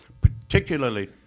Particularly